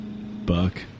Buck